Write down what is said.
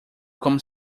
como